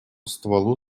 стволу